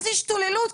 איזו השתוללות,